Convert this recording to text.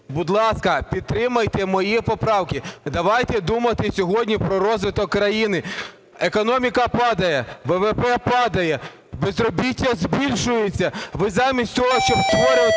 Будь ласка, підтримайте мої поправки. Давайте думати сьогодні про розвиток країни. Економіка падає, ВВП падає, безробіття збільшується. Ви замість того, щоб створювати